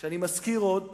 אני מזכיר עוד פעם: